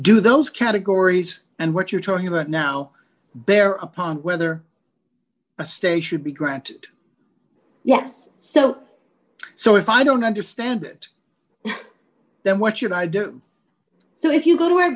do those categories and what you're talking about now bear upon whether a station be granted yes so so if i don't understand it then what should i do so if you go to